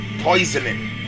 poisoning